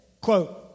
quote